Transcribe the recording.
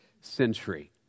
century